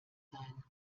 sein